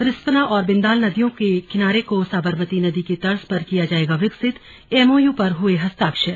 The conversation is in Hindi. रिस्पना और बिंदाल नदियों के किनारों को साबरमती नदी की तर्ज पर किया जाएगा विकसित एमओयू पर हुए हस्ताक्षर